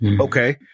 Okay